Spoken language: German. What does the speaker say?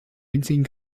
winzigen